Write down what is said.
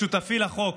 לשותפי לחוק